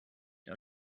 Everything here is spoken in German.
der